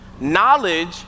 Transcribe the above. knowledge